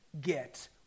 get